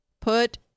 Put